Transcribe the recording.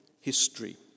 history